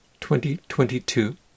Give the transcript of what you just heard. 2022